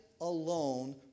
alone